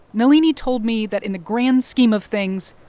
nalini told me that in the grand scheme of things,